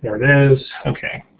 it is. okay.